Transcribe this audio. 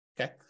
Okay